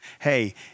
Hey